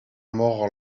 more